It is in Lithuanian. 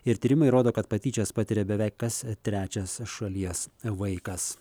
ir tyrimai rodo kad patyčias patiria beveik kas trečias šalies vaikas